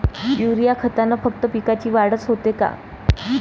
Urea खतानं फक्त पिकाची वाढच होते का?